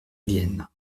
vienne